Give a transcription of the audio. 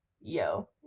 yo